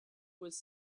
was